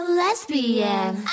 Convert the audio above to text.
lesbian